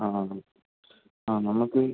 ആ ആ ആ നമുക്ക്